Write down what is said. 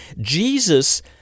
Jesus